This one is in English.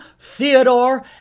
Theodore